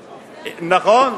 נכון?